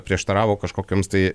prieštaravo kažkokioms tai